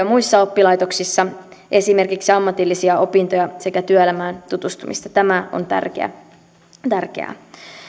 muissa oppilaitoksissa esimerkiksi ammatillisia opintoja sekä työelämään tutustumista tämä on tärkeää